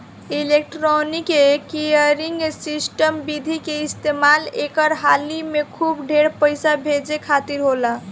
electronic clearing system विधि के इस्तेमाल एक हाली में खूब ढेर पईसा भेजे खातिर होला